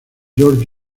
george